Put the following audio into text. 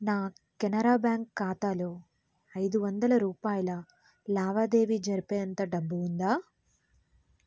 నా కెనరా బ్యాంక్ ఖాతాలో ఐదు వందల రూపాయల లావాదేవీ జరిపే అంత డబ్బు ఉందా